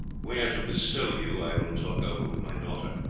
where to bestow you i will talk over with my daughter.